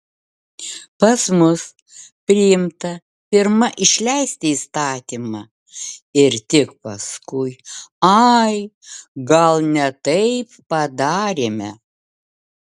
pas mus priimta pirma išleisti įstatymą ir tik paskui ai gal ne taip padarėme